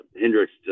Hendricks